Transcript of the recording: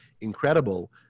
Incredible